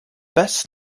best